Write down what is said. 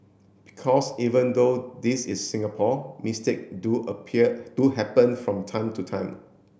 because even though this is Singapore mistake do appear do happen from time to time